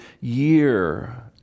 year